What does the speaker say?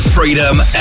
Freedom